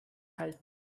halten